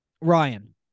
Ryan